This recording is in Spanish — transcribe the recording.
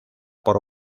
por